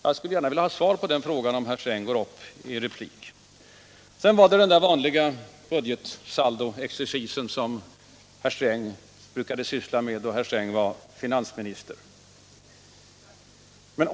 Jag skulle gärna vilja ha svar på den frågan, om herr Sträng går upp i replik. Sedan var det den vanliga budgetsaldoexercisen som herr Sträng brukade syssla med då herr Sträng var finansminister.